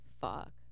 fuck